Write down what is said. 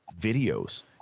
videos